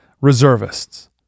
reservists